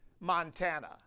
Montana